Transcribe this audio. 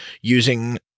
using